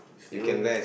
stay home